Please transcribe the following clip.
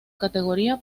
categoría